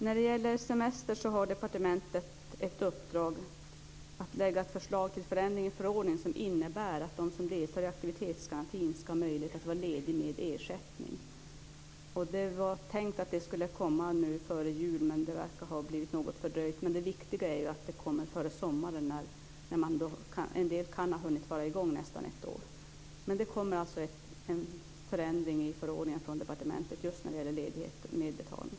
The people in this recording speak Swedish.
När det gäller semester har departementet i uppdrag att lägga ett förslag till förändring i förordningen som innebär att de som deltar i aktivitetsgarantin ska ha möjlighet att vara lediga med ersättning. Det var tänkt att det skulle komma före jul, men det verkar ha blivit något fördröjt. Men det viktiga är att det kommer före sommaren, när en del har hunnit vara i gång nästan ett år. Det kommer alltså en förändring i förordningen från departementet just när det gäller ledighet med betalning.